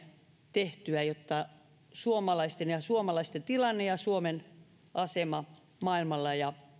tehtyä jotta suomalaisten tilanne ja suomen asema maailmalla ja